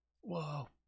whoa